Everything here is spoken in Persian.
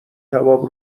کباب